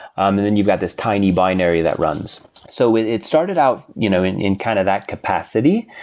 um then you've got this tiny binary that runs so it it started out you know in in kind of that capacity.